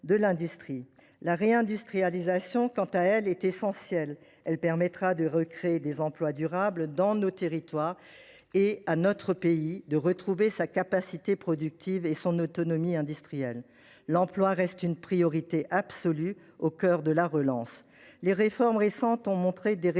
La réindustrialisation, quant à elle, est essentielle. Elle permettra de recréer des emplois durables dans nos territoires. Notre pays pourra ainsi retrouver sa capacité productive et son autonomie industrielle. L’emploi reste une priorité absolue, au cœur de la relance. Les réformes récentes ont abouti à des résultats